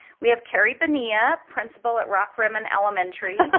we have carre bonilla, principal at rockrimmon elementary.